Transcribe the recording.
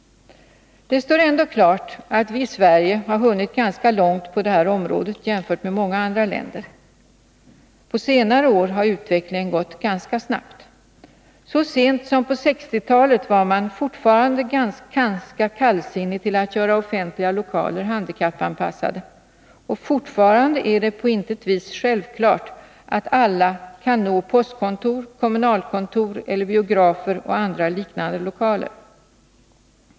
Det står ändå klart att vi i Sverige har hunnit ganska långt på det här området jämfört med många andra länder. På senare år har utvecklingen gått ganska snabbt. Så sent som på 1960-talet var man fortfarande ganska kallsinnig till att göra offentliga lokaler handikappanpassade. Fortfarande är det på intet vis självklart att alla kan nå postkontor, kommunalkontor eller biografer och andra liknande lokaler.